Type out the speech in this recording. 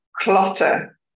clutter